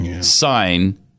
sign